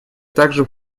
также